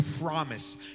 promise